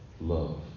love